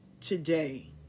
today